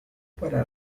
para